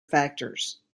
factors